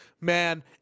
man